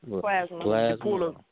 Plasma